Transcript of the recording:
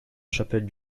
chapelle